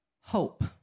hope